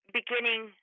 beginning